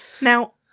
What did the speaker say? Now